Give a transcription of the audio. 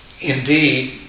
indeed